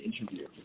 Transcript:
interview